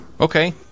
Okay